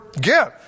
give